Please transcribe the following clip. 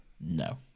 No